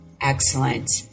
Excellent